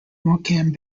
morecambe